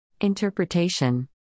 Interpretation